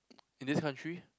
in this country